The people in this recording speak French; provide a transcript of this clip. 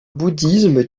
bouddhisme